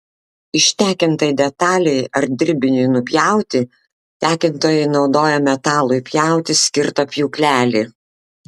ištekintai detalei ar dirbiniui nupjauti tekintojai naudoja metalui pjauti skirtą pjūklelį